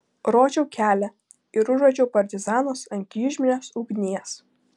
rodžiau kelią ir užvedžiau partizanus ant kryžminės ugnies